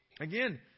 again